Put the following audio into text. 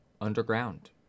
underground